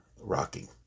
rocky